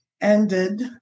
ended